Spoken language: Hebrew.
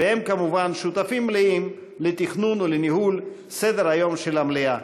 והם כמובן שותפים מלאים לתכנון ולניהול סדר-היום של המליאה,